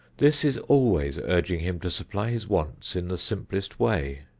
this is always urging him to supply his wants in the simplest way,